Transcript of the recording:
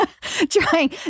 trying